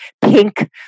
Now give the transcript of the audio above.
pink